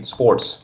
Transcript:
Sports